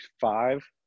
five